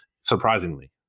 surprisingly